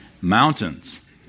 mountains